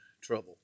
trouble